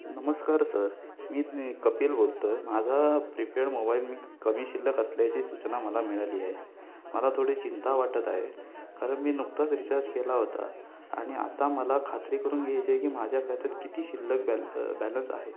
नमस्कार सर मी कपिल बोलतो आहे माझा प्रिपेड मोबाईल मी कमी शिल्लक असल्याची सूचना मला मिळाली आहे मला थोडी चिंता वाटत आहे कारण मी नुकताच रिचार्ज केला होता आणि आता मला खात्री करून घ्यायचे आहे की माझ्या खात्यात किती शिल्लक बॅल बॅलन्स आहे